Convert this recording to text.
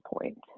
point